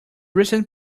recent